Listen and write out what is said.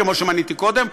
כמו שמניתי קודם,